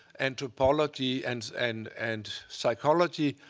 and topology, and and and psychology